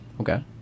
Okay